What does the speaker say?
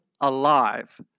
alive